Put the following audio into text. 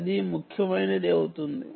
అది ముఖ్యమైనది అవుతుంది